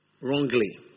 wrongly